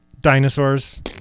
dinosaurs